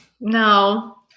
No